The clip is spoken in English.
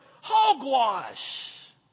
Hogwash